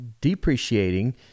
depreciating